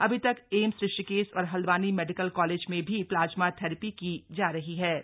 अभी तक एम्स ऋषिकेश और हल्द्वानी मेडिकल कॉलेज में ही प्लाज्मा थेरेपी की जा रही थी